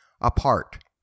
apart